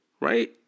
right